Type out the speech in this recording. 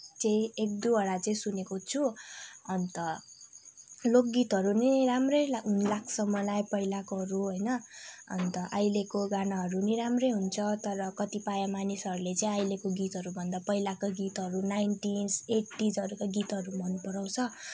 चाहिँ एक दुईवटा चाहिँ सुनेको छु अन्त लोकगीहरू पनि राम्रै लाग्छ मलाई पहिलाकोहरू होइन अन्त अहिलेको गानाहरू पनि राम्रै हुन्छ तर कतिपय मानिसहरूले चाहिँ अहिलेको गीतहरूभन्दा चाहिँ पहिलाको गीतहरू नाइन्टिज एइटिजहरूको गीतहरू मन पराउँछ